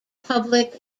public